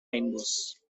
rainbows